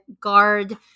guard